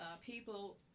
people